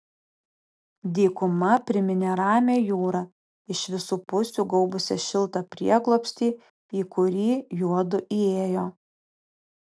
dykuma priminė ramią jūrą iš visų pusių gaubusią šiltą prieglobstį į kurį juodu įėjo